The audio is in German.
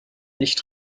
nicht